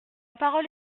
parole